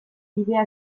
bidea